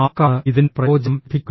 ആർക്കാണ് ഇതിന്റെ പ്രയോജനം ലഭിക്കുക